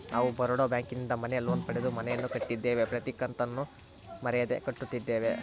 ನಾವು ಬರೋಡ ಬ್ಯಾಂಕಿನಿಂದ ಮನೆ ಲೋನ್ ಪಡೆದು ಮನೆಯನ್ನು ಕಟ್ಟಿದ್ದೇವೆ, ಪ್ರತಿ ಕತ್ತನ್ನು ಮರೆಯದೆ ಕಟ್ಟುತ್ತಿದ್ದೇವೆ